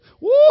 woo